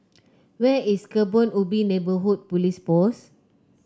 where is Kebun Ubi Neighbourhood Police Post